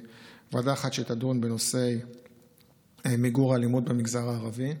שתדון בנושא מיגור האלימות במגזר הערבי,